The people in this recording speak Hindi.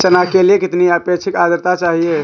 चना के लिए कितनी आपेक्षिक आद्रता चाहिए?